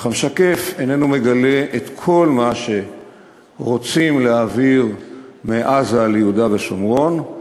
אך המשקף איננו מגלה את כל מה שרוצים להעביר מעזה ליהודה ושומרון.